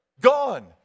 Gone